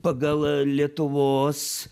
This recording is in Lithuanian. pagal lietuvos